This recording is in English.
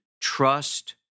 Trust